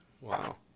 Wow